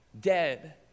dead